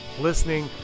listening